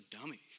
dummy